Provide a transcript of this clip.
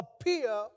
appear